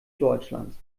deutschlands